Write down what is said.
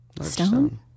Stone